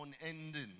unending